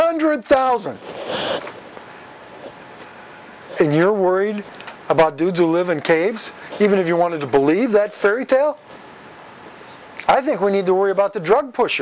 hundred thousand and you're worried about do do live in caves even if you wanted to believe that thirty tales i think we need to worry about the drug push